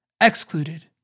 excluded